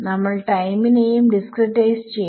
നമ്മൾ ടൈം നെയും ഡിസ്ക്രിടൈസ് ചെയ്യണം